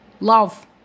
love